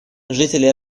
жители